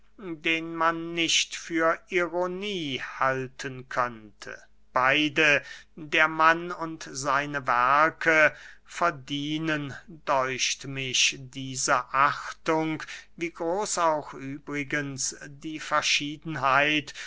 den man nicht für ironie halten könnte beide der mann und seine werke verdienen däucht mich diese achtung wie groß auch übrigens die verschiedenheit